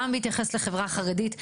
גם בהתייחס לחברה החרדית.